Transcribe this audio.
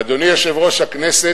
ואדוני יושב-ראש הכנסת,